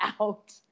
out